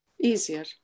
easier